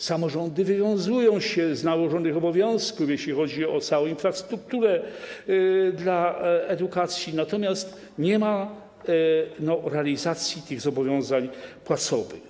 Samorządy wywiązują się z nałożonych obowiązków, jeśli chodzi o całą infrastrukturę dla edukacji, natomiast nie ma realizacji tych zobowiązań płacowych.